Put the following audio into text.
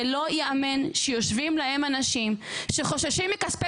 זה לא ייאמן שיושבים להם אנשים שחוששים מכספי